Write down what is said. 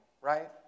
Right